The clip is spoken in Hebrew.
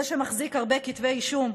זה שמחזיק הרבה כתבי אישום,